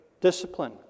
discipline